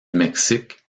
mexique